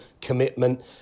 commitment